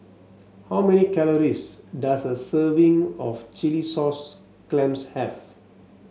how many calories does a serving of Chilli Sauce Clams have